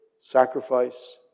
Sacrifice